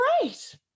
great